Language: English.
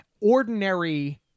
ordinary